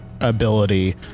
ability